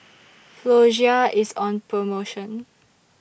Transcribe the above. Floxia IS on promotion